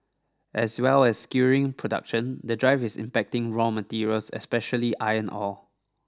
as well as skewering production the drive is impacting raw materials especially iron ore